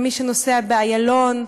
מי שנוסע באיילון,